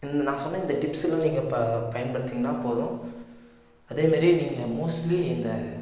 இந்த நான் சொன்ன இந்த டிப்ஸ்ஸலாம் நீங்கள் ப பயன்படுத்துனீங்கன்னா போதும் அதேமாரி நீங்கள் மோஸ்ட்லி இந்த